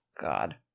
God